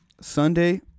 Sunday